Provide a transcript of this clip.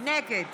נגד